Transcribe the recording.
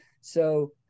So-